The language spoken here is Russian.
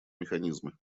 механизмы